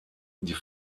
die